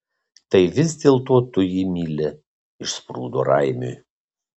tai vis dėlto tu jį myli išsprūdo raimiui